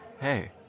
hey